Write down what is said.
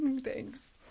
thanks